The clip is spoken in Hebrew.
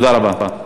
תודה רבה.